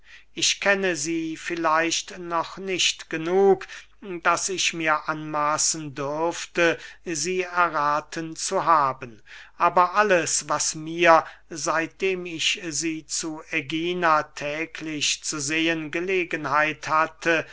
ich kenne sie vielleicht noch nicht genug daß ich mir anmaßen dürfte sie errathen zu haben aber alles was mir seitdem ich sie zu ägina täglich zu sehen gelegenheit hatte